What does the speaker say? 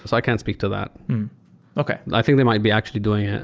so i can't speak to that okay i think they might be actually doing it.